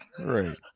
Right